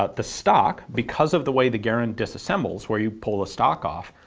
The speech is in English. ah the stock, because of the way the garand disassembles where you pull the stock off,